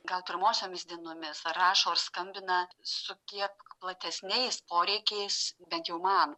gal pirmosiomis dienomis rašo ar skambina su kiek platesniais poreikiais bent jau man